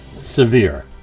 severe